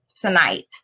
tonight